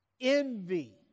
Envy